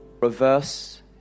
reverse